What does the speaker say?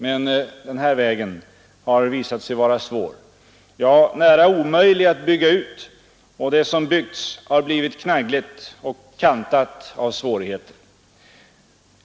Men den här vägen har visat sig vara svår, ja nära nog omöjlig, att bygga ut, och det som byggts har blivit knaggligt och kantats av svårigheter.